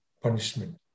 punishment